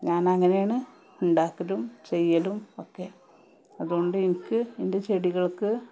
ഞാനങ്ങനെയാണ് ഉണ്ടാക്കലും ചെയ്യലും ഒക്കെ അതുകൊണ്ട് എനിക്ക് എൻ്റെ ചെടികൾക്ക്